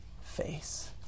face